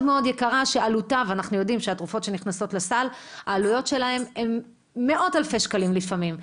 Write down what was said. שעלויות התרופות שנכנסות לסל הן מאות אלפי שקלים לפעמים,